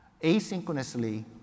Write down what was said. asynchronously